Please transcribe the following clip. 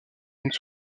unes